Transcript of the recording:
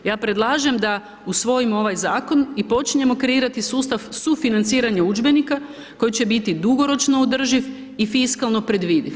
Ja predlažem da usvojimo ovaj Zakon i počinjemo kreirati sustav sufinanciranja udžbenika koji će biti dugoročno održiv i fiskalno predvidiv.